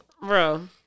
bro